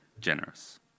generous